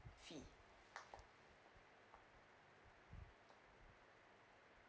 fee